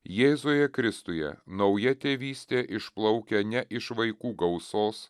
jėzuje kristuje nauja tėvystė išplaukia ne iš vaikų gausos